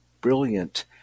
brilliant